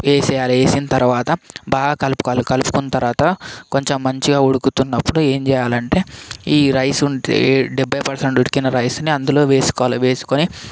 వేసేయాలి వేసిన తర్వాత బాగా కలుపుకోవాలి కలుపుకున్న తర్వాత కొంచెం మంచిగా ఉడుకుతున్నప్పుడు ఏం చేయాలంటే ఈ రైస్ ఉంటే డెబ్బై పర్సెంట్ ఉడికిన రైస్ని అందులో వేసుకోవాలి వేసుకొని